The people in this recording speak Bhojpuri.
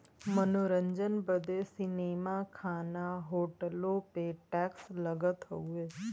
मनोरंजन बदे सीनेमा, खाना, होटलो पे टैक्स लगत हउए